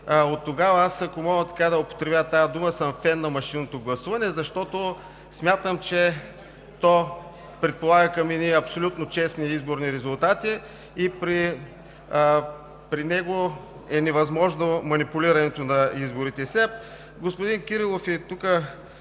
Оттогава, ако мога да употребя тази дума, съм фен на машинното гласуване, защото смятам, че то предполага към едни абсолютно честни изборни резултати и при него е невъзможно манипулирането на изборите. Сега господин Кирилов и